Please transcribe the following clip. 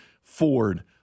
Ford